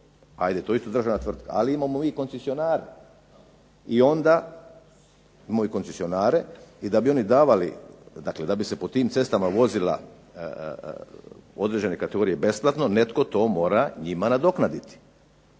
ajde to je isto državna tvrtka, ali imamo i koncesionara, i onda …/Ne razumije se./… koncesionare i da bi oni davali, dakle da bi se po tim cestama vozila određene kategorije besplatno netko to mora njima nadoknaditi,